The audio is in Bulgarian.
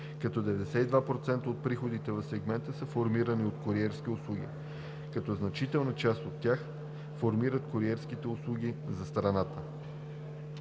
като 92% от приходите в сегмента са формирани от куриерски услуги, като значителна част от тях формират куриерските услуги за страната.